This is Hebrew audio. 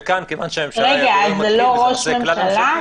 וכאן כיוון שזה נושא כלל-ממשלתי,